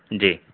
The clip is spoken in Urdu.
جی